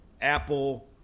Apple